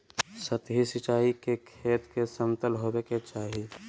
सतही सिंचाई के खेत के समतल होवे के चाही